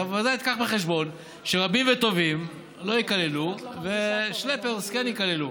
אתה בוודאי תביא בחשבון שרבים וטובים לא ייכללו ושלעפערס כן ייכללו.